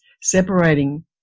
separating